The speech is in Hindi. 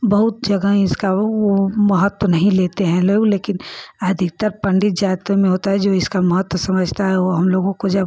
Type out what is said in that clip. बहुत जगह इसका महत्व नहीं लेते हैं लोग लेकिन अधिकतर पंडित जाति में होता है जो इसका महत्व समझता है वो हम लोगों को जब